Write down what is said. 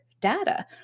data